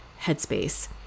headspace